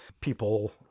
people